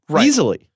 easily